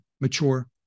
mature